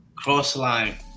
cross-line